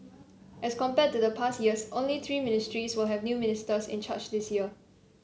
as compared to the past years only three ministries will have new ministers in charge this year